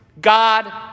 God